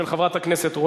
של חבר הכנסת שי